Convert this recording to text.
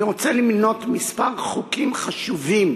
אני רוצה למנות כמה חוקים חשובים